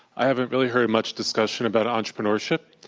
haven't really heard much discussion about entrepreneurship.